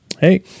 Hey